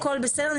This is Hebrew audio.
הכל בסדר,